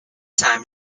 time